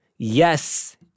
Yes